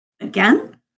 again